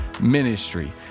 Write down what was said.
Ministry